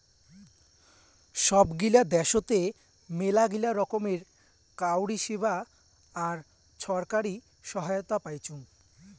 সব গিলা দ্যাশোতে মেলাগিলা রকমের কাউরী সেবা আর ছরকারি সহায়তা পাইচুং